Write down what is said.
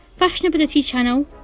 fashionabilitychannel